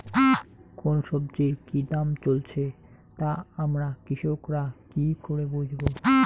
কোন সব্জির কি দাম চলছে তা আমরা কৃষক রা কি করে বুঝবো?